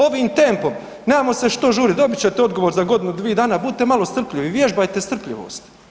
Ovim tempom, nemamo se što žurit, dobit ćete odgovor za godinu, dvije dana, budite malo strpljivi, vježbajte strpljivost.